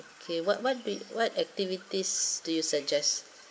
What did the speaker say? okay what what be what activities do you suggest